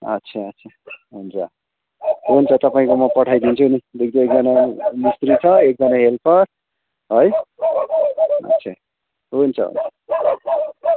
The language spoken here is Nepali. अच्छा अच्छा हुन्छ हुन्छ तपाईँको म पठाइदिन्छु नि दुईवटा एकजना मिस्त्री छ एकजना हेल्पर है अच्छा हुन्छ हुन्छ